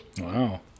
Wow